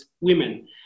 women